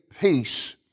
peace